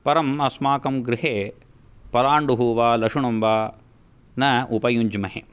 परम् अस्माकं गृहे पलाण्डुः वा लशुनं वा ना उपयुञ्ज्महे